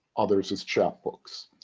others as chapbooks.